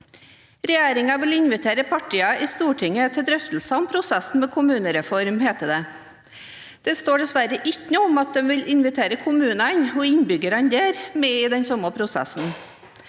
Regjeringen vil invitere partiene i Stortinget til drøftelser om prosessen med kommunereform, heter det. Det står dessverre ikke noe om at den vil invitere kommunene og innbyggerne der med i den samme prosessen.